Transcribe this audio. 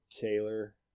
Taylor